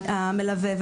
המלווה,